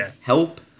help